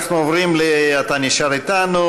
אתה נשאר איתנו.